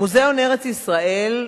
מוזיאון ארץ-ישראל,